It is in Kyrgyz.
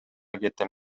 кетем